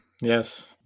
Yes